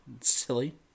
Silly